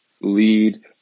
lead